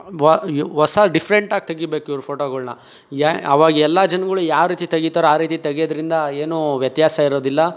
ವ ಯ ಹೊಸ ಡಿಫ್ರೆಂಟಾಗಿ ತೆಗಿಬೇಕಿವರು ಫೋಟೋಗಳ್ನ ಯ ಅವಾಗ ಎಲ್ಲ ಜನ್ಗಳು ಯಾವ ರೀತಿ ತೆಗಿತಾರೋ ಆ ರೀತಿ ತೆಗಿಯೋದ್ರಿಂದ ಏನು ವ್ಯತ್ಯಾಸ ಇರೋದಿಲ್ಲ